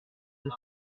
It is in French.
deux